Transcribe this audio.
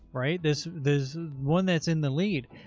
right? this this one that's in the lead.